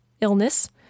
illness